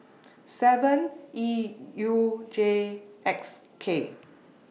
seven E U J X K